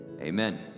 Amen